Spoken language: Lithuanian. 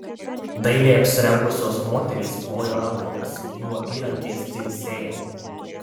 dailiai apsirengusios moterys plojo rankomis jų apyrankės dzingsėjo